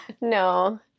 No